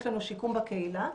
יש שיקום בקהילה,